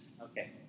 Okay